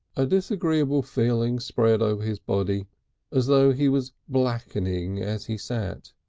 a disagreeable feeling spread over his body as though he was blackening as he sat.